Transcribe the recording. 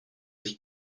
sich